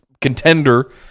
contender